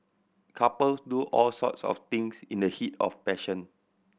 couples do all sorts of things in the heat of passion